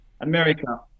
America